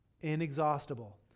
inexhaustible